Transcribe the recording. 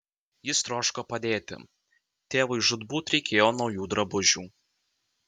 jis troško padėti tėvui žūtbūt reikėjo naujų drabužių